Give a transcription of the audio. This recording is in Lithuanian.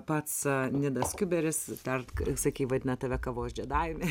pats nidas kiuberis dar sakei vadina tave kavos džedajumi